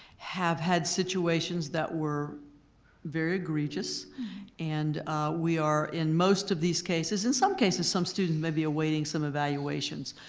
have had situations that were very egregious and we are in most of these cases, in some cases some student may be awaiting some evaluations